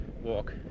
walk